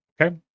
Okay